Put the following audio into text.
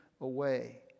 away